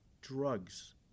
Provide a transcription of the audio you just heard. drugs